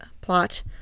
plot